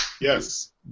Yes